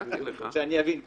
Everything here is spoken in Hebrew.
שאני אבין פשוט.